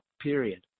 period